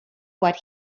what